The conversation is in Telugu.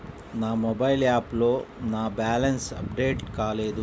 నా మొబైల్ యాప్లో నా బ్యాలెన్స్ అప్డేట్ కాలేదు